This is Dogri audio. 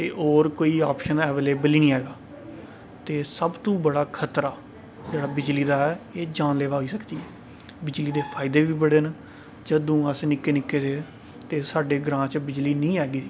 ते होर कोई आप्शन अवेलेबल ही नी हैगा ते सबतूं बड्डा खतरा जेह्ड़ा बिजली दा ऐ एह् जानलेवा होई सकदी ऐ बिजली दे फायदे बी बड़े न जदूं अस निक्के निक्के हे ते साढ़े ग्रां च बिजली नी हैगी